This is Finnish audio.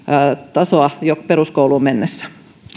tasoa jo peruskouluun mennessä